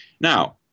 Now